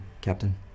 Captain